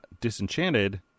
Disenchanted